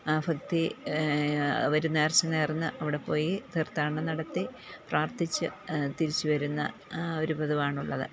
ആ ഭക്തി അവര് നേർച്ച നേർന്ന് അവിടെ പോയി തീർത്ഥാടനം നടത്തി പ്രാർത്ഥിച്ച് തിരിച്ചു വരുന്ന ഒരു പതിവാണുള്ളത്